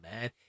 man